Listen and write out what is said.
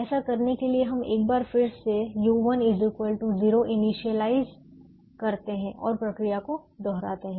ऐसा करने के लिए हम एक बार फिर से u1 0 इनिशियललाइस करते हैं और प्रक्रिया को दोहराते हैं